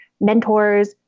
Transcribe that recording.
mentors